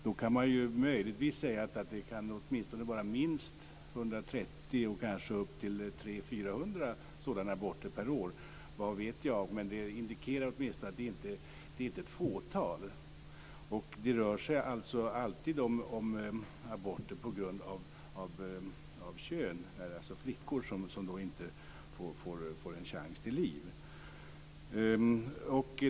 Då kan man möjligtvis säga att det åtminstone kan vara minst 130 och kanske upp till 300-400 sådana aborter per år vad vet jag. Det indikerar åtminstone att det inte är ett fåtal. Det rör sig alltså alltid om aborter på grund av kön. Det är flickor som inte får en chans till liv.